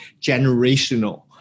generational